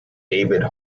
david